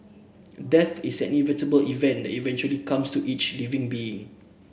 death is an inevitable event that eventually comes to each living being